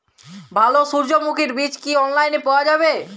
ভালো সূর্যমুখির বীজ কি অনলাইনে পাওয়া যায়?